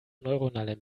neuronale